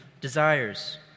desires